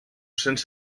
cents